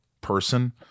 person